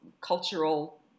cultural